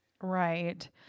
right